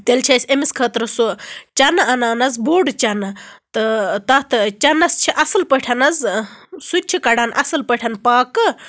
تیٚلہِ چھِ أسۍ أمِس خٲطرٕ سُہ چَنہٕ اَنان حظ بوٚڈ چَنہٕ تہٕ تَتھ چَنَس چھِ اصٕل پٲٹھۍ حظ سُہ تہِ چھِ کَڈان اصٕل پٲٹھۍ پاکہٕ